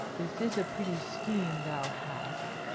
this is a pretty scheme thou hast,